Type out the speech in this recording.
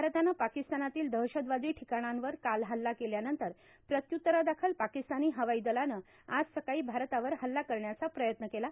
भारतानं पाकिस्तानातील दहशतवादी ठिकाणांवर काल हल्ला केल्यानंतर प्रत्यूत्तरादाखल पाकिस्तानी हवाई दलानं आज सकाळी भारतावर हल्ला करण्याचा प्रयत्न केला